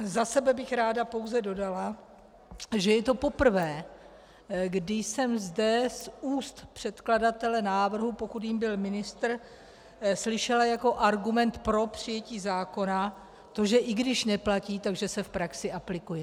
Za sebe bych ráda pouze dodala, že je to poprvé, kdy jsem zde z úst předkladatele návrhu, pokud jím byl ministr, slyšela jako argument pro přijetí zákona to, že i když neplatí, tak že se v praxi aplikuje.